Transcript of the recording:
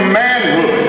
manhood